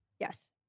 Yes